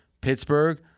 Pittsburgh